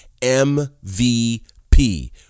MVP